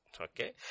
okay